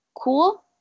cool